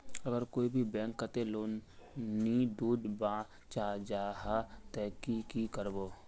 अगर कोई भी बैंक कतेक लोन नी दूध बा चाँ जाहा ते ती की करबो?